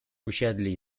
usiedli